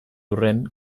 hurren